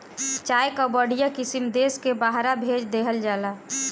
चाय कअ बढ़िया किसिम देस से बहरा भेज देहल जाला